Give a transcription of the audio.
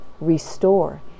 restore